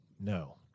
No